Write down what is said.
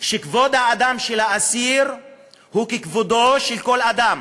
שכבוד האדם של האסיר הוא ככבודו של כל אדם.